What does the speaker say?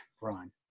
run